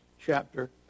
chapter